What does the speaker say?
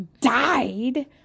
died